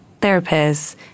therapists